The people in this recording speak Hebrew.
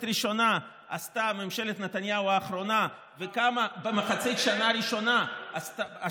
הראשונה עשתה ממשלת נתניהו האחרונה וכמה במחצית השנה השנייה,